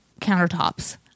countertops